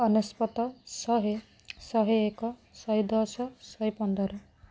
ଅନେଶତ ଶହେ ଶହେ ଏକ ଶହେ ଦଶ ଶହେ ପନ୍ଦର